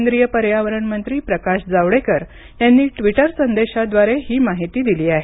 केंद्रीय पर्यावरण मंत्री प्रकाश जावडेकर यांनी ट्विटर संदेशाद्वारे ही माहिती दिली आहे